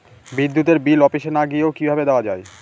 বিদ্যুতের বিল অফিসে না গিয়েও কিভাবে দেওয়া য়ায়?